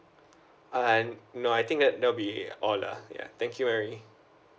uh no I think that there'll be all ah ya thank you mary